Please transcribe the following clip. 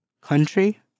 Country